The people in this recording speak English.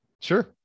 Sure